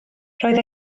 roedd